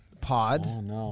pod